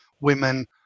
women